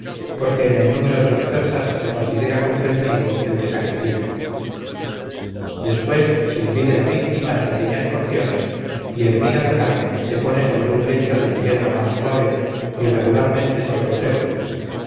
porque en el número de los persas se considera comprendido el que sacrifica después se divide la víctima en pequeñas porciones y hervida la carne se pone sobre un lecho de la hierba más suave y regularmente sobre trébol